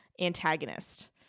antagonist